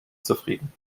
zufrieden